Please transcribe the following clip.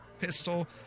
pistol